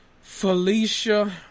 Felicia